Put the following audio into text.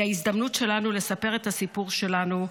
ההזדמנות שלנו לספר את הסיפור שלנו,